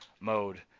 mode